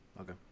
Okay